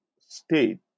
state